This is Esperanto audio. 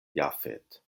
jafet